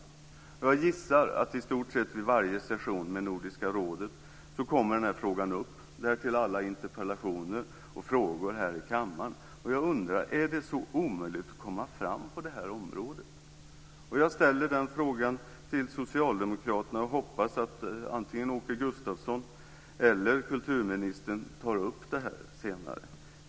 Jag gissar att den här frågan kommer upp vid i stort sett varje session med Nordiska rådet, och därtill kommer alla interpellationer och frågor här i kammaren. Jag undrar: Är det så omöjligt att komma fram på det här området? Jag ställer den frågan till socialdemokraterna och hoppas att antingen Åke Gustavsson eller kulturministern tar upp detta senare.